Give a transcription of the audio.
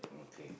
okay